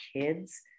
kids